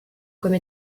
comme